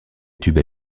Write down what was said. tubes